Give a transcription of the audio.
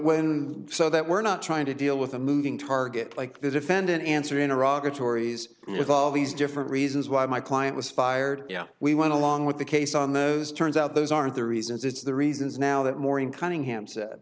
and so that we're not trying to deal with a moving target like the defendant answer in iraq or tori's with all these different reasons why my client was fired yeah we went along with the case on those turns out those aren't the reasons it's the reasons now that maureen cunningham s